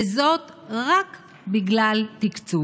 וזאת רק בגלל תקצוב.